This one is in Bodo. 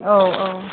औ औ